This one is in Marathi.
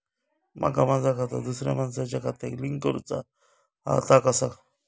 माका माझा खाता दुसऱ्या मानसाच्या खात्याक लिंक करूचा हा ता कसा?